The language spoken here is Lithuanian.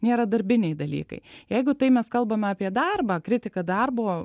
nėra darbiniai dalykai jeigu tai mes kalbame apie darbą kritiką darbo